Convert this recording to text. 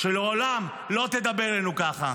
שלעולם לא תדבר אלינו ככה.